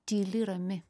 tyli rami